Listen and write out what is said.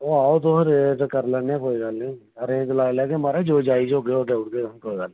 ओह् आओ तुस रेट करी लैन्ने आं कोई गल्ल नी रेट लाई लैगे महाराज जो जायज़ होगे ओह् देई ओड़गे कोई गल्ल नेईं